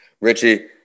Richie